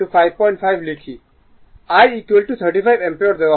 I 35 ampere দেওয়া হয়